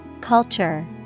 Culture